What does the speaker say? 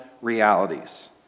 realities